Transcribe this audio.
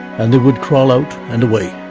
and they would crawl out and away.